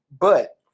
But-